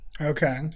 okay